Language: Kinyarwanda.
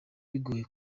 bigoye